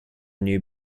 new